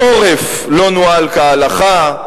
העורף לא נוהל כהלכה,